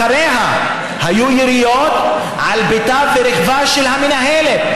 אחרי כן היו יריות על ביתה ורכבה של המנהלת,